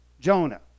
Jonah